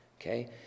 okay